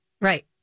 Right